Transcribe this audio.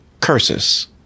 curses